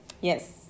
Yes